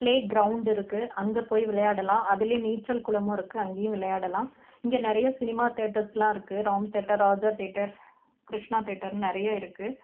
play ground இருக்குது அங்கே போய் விளையாடலாம் அதுலேயும் நீச்சல் குளமும் இருக்குது அங்கேயும் விளையாடலாம் இங்கே நிறைய சினிமா தியேட்டர்ஸ்லாம் இருக்குது ராம் தியேட்டர் ராஜா தியேட்டர் கிருஷ்ணா தியேட்டர்னு நிறைய இருக்குது